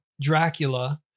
Dracula